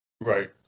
Right